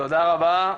תודה רבה,